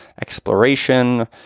exploration